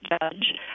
judge